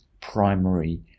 primary